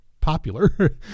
popular